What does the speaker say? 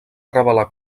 revelar